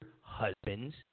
husband's